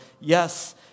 yes